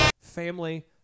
family